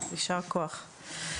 יישר כוח.